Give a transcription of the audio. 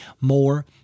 more